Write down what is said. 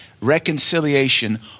reconciliation